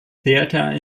theater